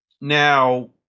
now